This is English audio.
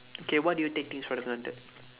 okay what do you take things for granted